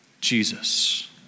Jesus